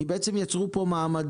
למעשה ברפורמה יצרו מעמדות